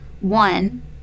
One